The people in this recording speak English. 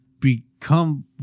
become